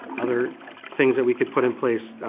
other things that we could put in place,